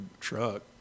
truck